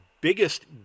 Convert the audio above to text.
biggest